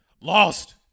Lost